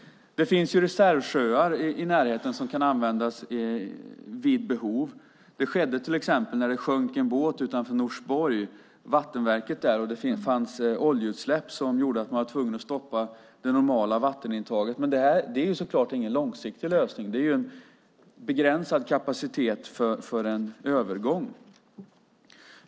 Det finns reservsjöar i närheten som kan användas vid behov. Det skedde till exempel när en båt sjönk utanför Norsborg, vid vattenverket där. Det fanns oljeutsläpp som gjorde att man var tvungen att stoppa det normala vattenintaget. Men det är så klart ingen långsiktig lösning. Det är en begränsad kapacitet under en övergång.